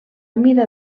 mida